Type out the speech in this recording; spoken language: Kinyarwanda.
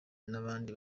n’abandi